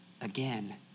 again